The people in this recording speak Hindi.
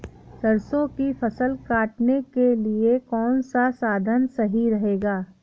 सरसो की फसल काटने के लिए कौन सा साधन सही रहेगा?